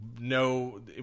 no